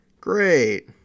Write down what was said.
Great